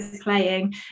playing